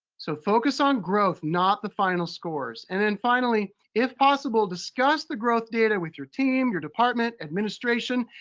so focus on growth, not the final scores. and then finally, if possible, discuss the growth data with your team, your department, administration,